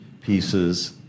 pieces